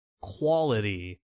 quality